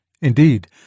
Indeed